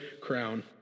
crown